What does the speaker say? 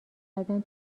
قدم